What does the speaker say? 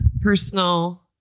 personal